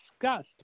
discussed